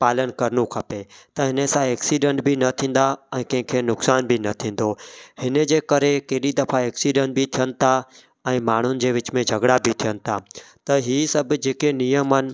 पालन करिणो खपे त हिन सां एक्सीडेंट बि न थींदा ऐं कंहिं खे नुक़सानु बि न थींदो हिनजे करे केॾी दफ़ा एक्सीडेंट बि थियनि था ऐं माण्हुनि जे विच में झॻिड़ा बि थियनि था त ही सभु जे के नियम आहिनि